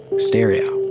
stereo?